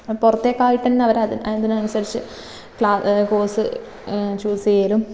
പുറത്തേക്കായിട്ടു തന്നെ അവർ അത് അതിനനുസരിച്ച് ക്ലാസ് കോഴ്സ് ചൂസ് ചെയ്യലും